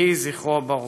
יהי זכרו ברוך.